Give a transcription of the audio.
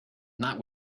not